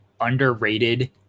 underrated